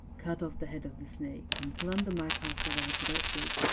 cut off the head of the snake and plunder my castle of its riches,